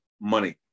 money